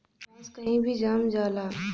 बांस कही भी जाम जाला